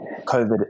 COVID